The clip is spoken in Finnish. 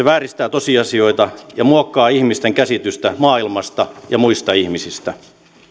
vääristää tosiasioita ja muokkaa ihmisten käsitystä maailmasta ja muista ihmisistä